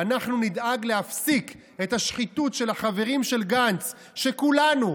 אנחנו נדאג להפסיק את השחיתות של החברים של גנץ שכולנו,